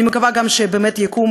אני מקווה גם שבאמת יקום,